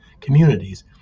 communities